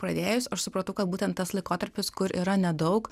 pradėjus aš supratau kad būtent tas laikotarpis kur yra nedaug